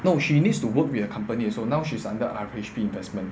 no she needs to work with a company also now she's under R_H_B investment